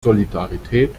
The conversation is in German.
solidarität